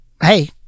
hey